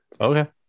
Okay